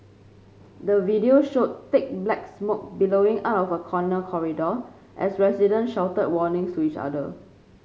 the video showed thick black smoke billowing out of a corner corridor as residents shouted warnings to each other